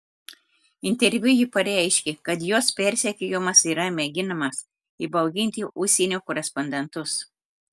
interviu ji pareiškė kad jos persekiojimas yra mėginimas įbauginti užsienio korespondentus